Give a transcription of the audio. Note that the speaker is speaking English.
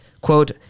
quote